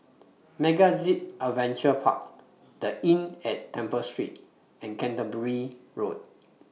MegaZip Adventure Park The Inn At Temple Street and Canterbury Road